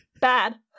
Bad